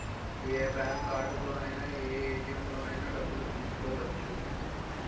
ఏ bank కార్డుతోనైన ఏ ATM లోనైన డబ్బులు తీసుకోవచ్చు